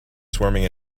swarming